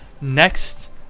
next